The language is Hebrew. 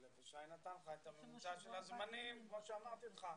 שי נתן לך את ממוצע הזמנים וכמו שאמרתי לך,